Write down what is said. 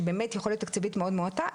שבאמת יכולת תקציבית מאוד מועטה,